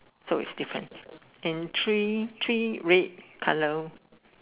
so it's different in three three red colour